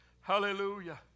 Hallelujah